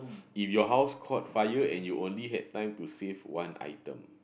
if your house caught fire and you only had time to save one item